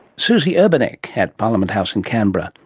suzy urbaniak at parliament house in canberra.